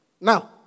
Now